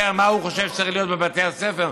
מה הוא חושב שצריך להיות בבתי הספר,